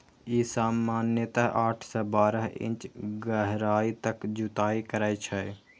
ई सामान्यतः आठ सं बारह इंच गहराइ तक जुताइ करै छै